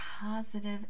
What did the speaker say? positive